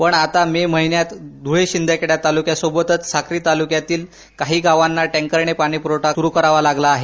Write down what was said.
पण आता मे महिन्यात धुळे आणि शिंदखेडा तालुक्यासोबतचसाक्री तालुक्यातही काही गावांना टँकरनं पाणीप्रवठा सुरू करावा लागला आहे